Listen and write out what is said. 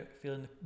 feeling